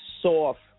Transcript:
soft